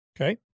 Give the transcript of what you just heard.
Okay